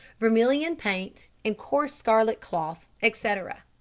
vermilion paint, and coarse scarlet cloth, etcetera.